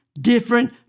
different